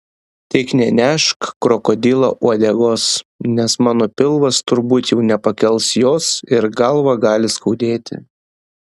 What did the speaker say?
tik nenešk krokodilo uodegos nes mano pilvas turbūt jau nepakels jos ir galvą gali skaudėti